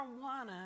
marijuana